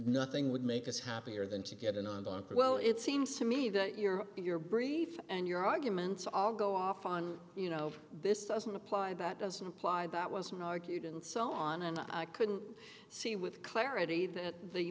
nothing would make us happier than to get in on donkey well it seems to me that your your brief and your arguments all go off on you know this doesn't apply that doesn't apply that wasn't argued and so on and i couldn't see with clarity that the